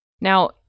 Now